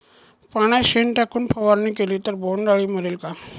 पाण्यात शेण टाकून फवारणी केली तर बोंडअळी मरेल का?